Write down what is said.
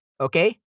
Okay